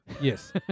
Yes